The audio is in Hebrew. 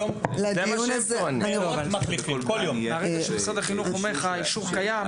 ברגע שמשרד החינוך אומר לך שהאישור קיים,